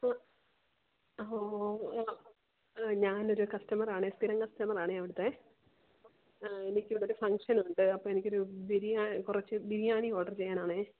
മ്മ് ഒഓ ഞാനൊരു കസ്റ്റമർ ആണേ സ്ഥിരം കസ്റ്റമർ ആണേ അവിടുത്തെ എനിക്ക് ഇവിടെ ഒരു ഒരു ഫങ്ഷൻ ഉണ്ട് അപ്പോൾ എനിക്കൊരു കുറച്ച് ബിരിയാണി ഓര്ഡര് ചെയ്യാനാണേ